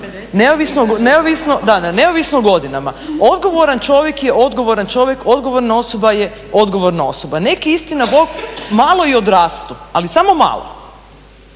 neovisno o godinama. Odgovoran čovjek je odgovoran čovjek, odgovorna osoba je odgovorna osoba. Neki istina bog malo i odrastu, ali samo malo.